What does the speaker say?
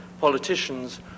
politicians